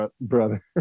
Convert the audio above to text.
brother